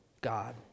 God